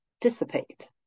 dissipate